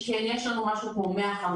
שכן יש לנו משהו כמו 150,